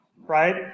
right